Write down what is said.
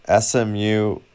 SMU